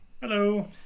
Hello